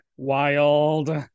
wild